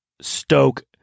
stoke